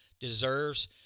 deserves